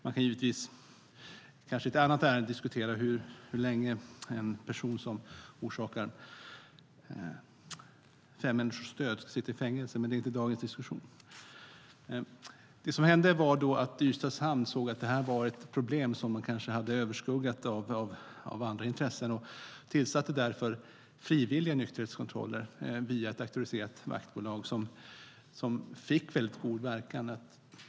Man kan kanske i ett annat ärende diskutera hur länge en person som orsakar fem människors död ska sitta i fängelse, men det är inte dagens diskussion. Det som hände var att Ystads hamn såg att detta var ett problem som kanske hade överskuggats av andra intressen. Man tillsatte därför frivilliga nykterhetskontroller via ett auktoriserat vaktbolag, vilket fick väldigt god verkan.